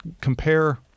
compare